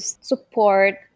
support